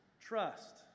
trust